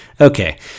Okay